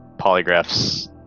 polygraphs